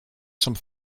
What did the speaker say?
some